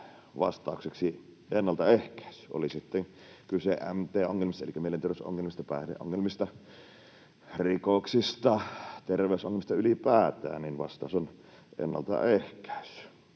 vastaukseksi ”ennaltaehkäisy”. Oli sitten kyse mt-ongelmista elikkä mielenterveysongelmista, päihdeongelmista, rikoksista, terveysongelmista ylipäätään, niin vastaus on ”ennaltaehkäisy”.